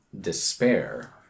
despair